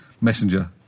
Messenger